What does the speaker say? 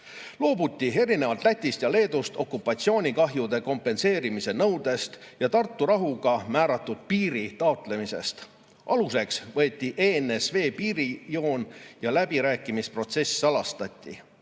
Loobuti erinevalt Lätist ja Leedust okupatsioonikahjude kompenseerimise nõudest ja Tartu rahuga määratud piiri taotlemisest. Aluseks võeti Eesti NSV piirijoon ja läbirääkimisprotsess salastati.